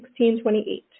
1628